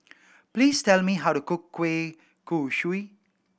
please tell me how to cook kueh kosui